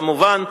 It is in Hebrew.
כמובן,